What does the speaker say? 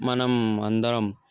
మనం అందరం